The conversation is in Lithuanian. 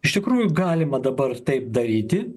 iš tikrųjų galima dabar taip daryti